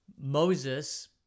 Moses